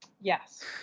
Yes